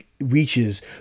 reaches